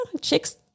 Chicks